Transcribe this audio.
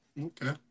Okay